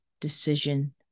decision